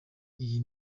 iyi